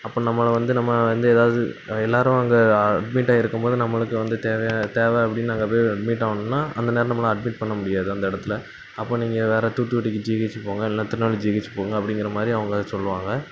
அப்போ நம்மளை வந்து நம்ம வந்து ஏதாவது எல்லோரும் அங்கே அட்மிட் ஆகிருக்கும் போது நம்மளுக்கு வந்து தேவையா தேவை அப்படின்னு நாங்கள் போய் அட்மிட் ஆகணுன்னா அந்த நேரத்தில் நம்மளை அட்மிட் பண்ண முடியாது அந்த இடத்துல அப்போ நீங்கள் வேற தூத்துக்குடிக்கு ஜிஹெச்சுக்கு போங்க இல்லை திருநெல்வேலி ஜிஹெச்சுக்கு போங்க அப்டிங்குறமாதிரி அவங்கள சொல்வாங்க